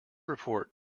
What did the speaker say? report